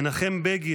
מנחם בגין,